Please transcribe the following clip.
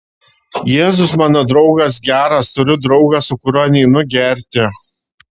jėzus mano draugas geras turiu draugą su kuriuo neinu gerti